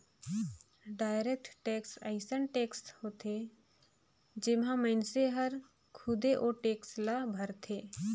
direct tax अइसन tax हर होथे जेम्हां मइनसे हर खुदे ओ टेक्स ल भरथे